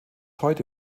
heute